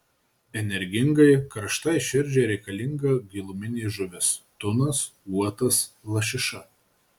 energingai karštai širdžiai reikalinga giluminė žuvis tunas uotas lašiša